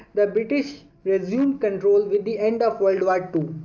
the british resumed control with the end of world like